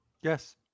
Yes